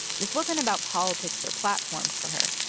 this wasn't about politics or platforms for her.